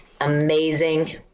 amazing